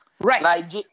right